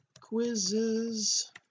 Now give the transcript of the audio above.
quizzes